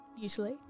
usually